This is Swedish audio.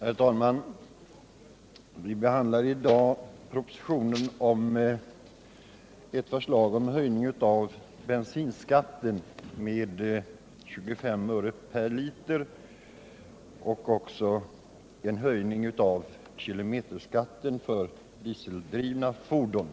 Herr talman! Vi behandlar i dag en proposition med förslag om höjning av bensinskatten med 25 öre per liter och en höjning av kilometerskatten för dieseldrivna fordon.